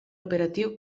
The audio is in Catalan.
operatiu